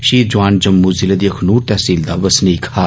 शहीद जौआन जम्मू जिले दी अंखनूर तैह्सील दा बसनीक हा